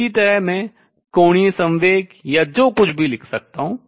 इसी तरह मैं कोणीय संवेग या जो कुछ भी लिख सकता हूँ